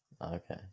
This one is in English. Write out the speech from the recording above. okay